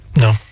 No